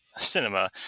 cinema